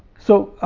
so,